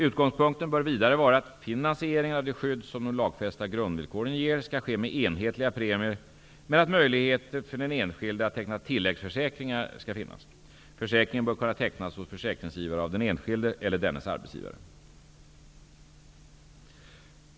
Utgångspunkten bör vidare vara att finansieringen av det skydd som de lagfästa grundvillkoren ger skall ske med enhetliga premier men att möjlighet för den enskilde att teckna tilläggsförsäkringar skall finnas. Försäkringen bör kunna tecknas hos försäkringsgivare av den enskilde eller dennes arbetsgivare.